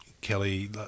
Kelly